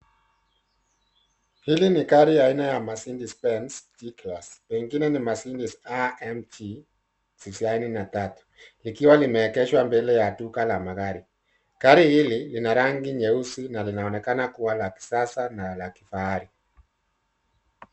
Hili ni gari aina ya Mercedes Benz G-Class pengine ni Mercedes AMG 93, likiwa limeegeshwa mbele ya duka la magari. Gari hili lina rangi nyeusi na linaonekana kuwa la kisasa na la kifahari.